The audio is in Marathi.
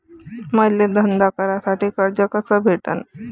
मले धंदा करासाठी कर्ज कस भेटन?